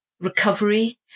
recovery